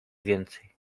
więcej